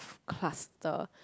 cluster